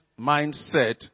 mindset